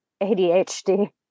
ADHD